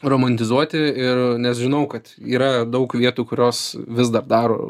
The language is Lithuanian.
romantizuoti ir nes žinau kad yra daug vietų kurios vis dar daro